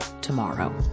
tomorrow